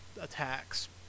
attacks